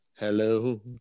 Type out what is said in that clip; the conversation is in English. Hello